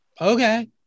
okay